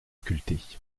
sculptés